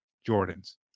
Jordan's